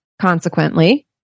consequently